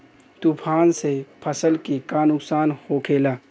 तूफान से फसल के का नुकसान हो खेला?